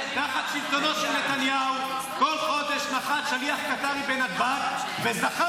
תחת שלטונו של נתניהו כל חודש נחת שליח קטרי בנתב"ג וזכה